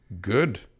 good